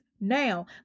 now